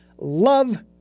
Love